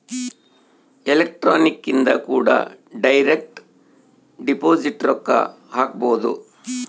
electronic ಇಂದ ಕೂಡ direct deposit ರೊಕ್ಕ ಹಾಕ್ಬೊದು